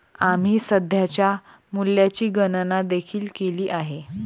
आम्ही सध्याच्या मूल्याची गणना देखील केली आहे